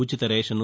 ఉచిత రేషన్